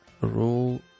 rule